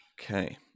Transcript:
okay